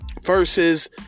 versus